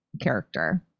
character